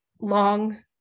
long